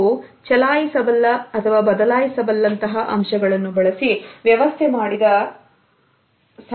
ಅರಸಿನ ವೈಶಿಷ್ಯ ಸ್ಥಳವು ಚಲಾಯಿಸ ಬಲ್ಲ ಬದಲಾಯಿಸಬಲ್ಲ ಅಂತಹ ಅಂಶಗಳನ್ನು ಬಳಸಿ ವ್ಯವಸ್ಥೆ ಮಾಡಿದ್ದ ವಾಗಿವೆ